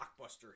blockbuster